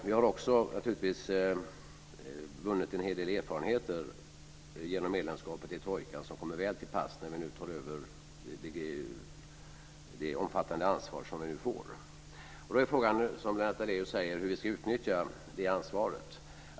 Vi har vunnit en hel del erfarenheter genom medlemskapet i trojkan som kommer väl till pass när vi nu tar över det omfattande ansvar vi nu får. Som Lennart Daléus säger är frågan hur vi ska utnyttja det ansvaret.